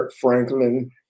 Franklin